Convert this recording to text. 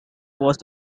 was